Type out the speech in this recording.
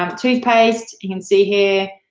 um toothpaste, you can see here,